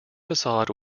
facade